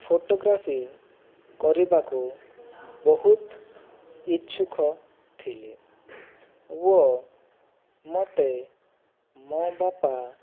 photography କରିବାକୁ ବହୁତ ଇଛୁକ ଥିଲି ଓ ମତେ ମୋ ବାପା